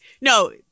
No